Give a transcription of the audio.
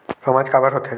सामाज काबर हो थे?